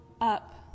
up